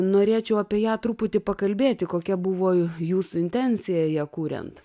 norėčiau apie ją truputį pakalbėti kokia buvo jūsų intencija ją kuriant